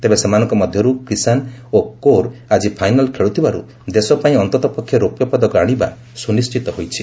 ତେବେ ସେମାନଙ୍କ ମଧ୍ୟରୁ କ୍ରିଷାନ ଓ କୌର ଆଜି ଫାଇନାଲ୍ ଖେଳୁଥିବାରୁ ଦେଶ ପାଇଁ ଅନ୍ତତଃପକ୍ଷେ ରୌପ୍ୟପଦକ ଆଣିବା ସ୍ତନିଶ୍ଚିତ ହୋଇଛି